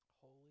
Holy